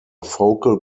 focal